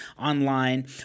online